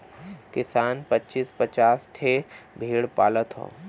किसान पचीस पचास ठे भेड़ पालत हौ